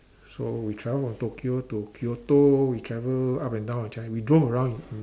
so we travel from Tokyo to Kyoto we travel up and down we drove around in